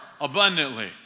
abundantly